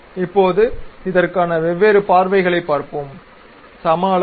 இப்போது இதற்கான வெவ்வேறு பார்வைகளைப் பார்ப்போம் சமஅளவு